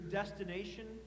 destination